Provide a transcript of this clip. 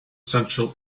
central